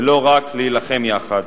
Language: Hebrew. ולא רק להילחם יחד.